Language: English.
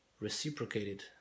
reciprocated